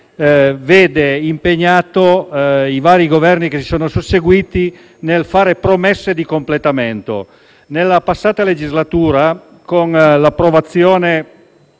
vede impegnati i vari Governi che si sono susseguiti a fare promesse di completamento. Nella passata legislatura, con l'approvazione